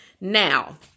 Now